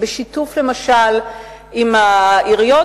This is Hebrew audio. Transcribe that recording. למשל בשיתוף עם העיריות.